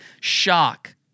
shock